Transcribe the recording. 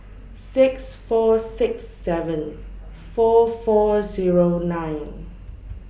six four six seven four four Zero nine